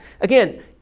Again